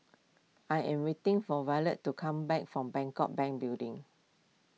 I am waiting for Evertt to come back from Bangkok Bank Building